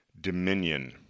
Dominion